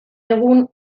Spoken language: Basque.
egun